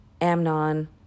Amnon